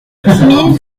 mille